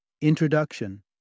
Introduction